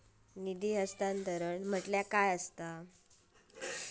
निधी हस्तांतरण म्हटल्या काय?